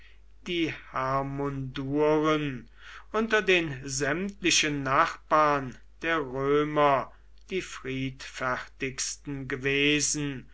die hermunduren unter den sämtlichen nachbarn der römer die friedfertigsten gewesen